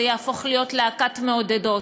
זה יהפוך להיות "להקת מעודדות".